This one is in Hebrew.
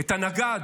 את הנגד.